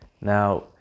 Now